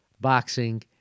boxing